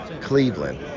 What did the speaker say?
cleveland